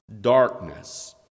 darkness